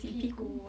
洗屁股